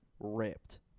Ripped